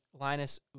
Linus